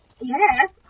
Yes